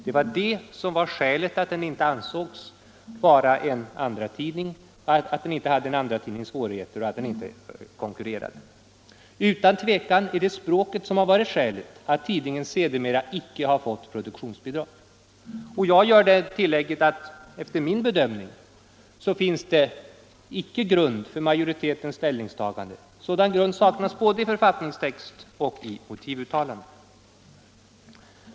Det var det som var skälet till att den inte betraktades som en andratidning. Den ansågs inte ha en andratidnings svårigheter genom att den inte hade samma konkurrens som en sådan. Utan tvivel är det språket som varit skälet till att tidningen sedermera icke har fått produktionsbidrag. Jag vill också göra det tillägget att det enligt min bedömning icke finns grund för majoritetens ställningstagande. Sådan grund saknas både i författningstext och i motivuttalande.